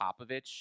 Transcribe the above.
Popovich